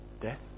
Death